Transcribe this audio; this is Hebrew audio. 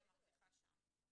אני מרוויחה שם.